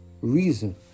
reason